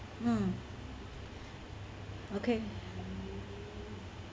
mm okay